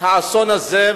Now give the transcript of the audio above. האסון הזה,